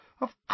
Of